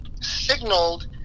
signaled